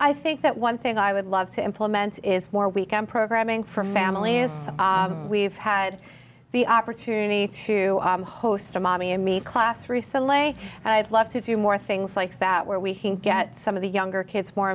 i think that one thing i would love to implement is more weekend programming for families so we've had the opportunity to host a mommy and me class recently and i'd love to do more things like that where we can get some of the younger kids more